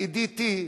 לאי.די.טי,